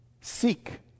Seek